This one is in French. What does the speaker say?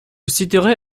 citerai